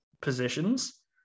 positions